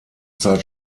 zeit